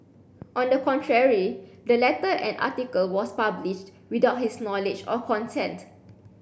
on the contrary the letter and article was published without his knowledge or consent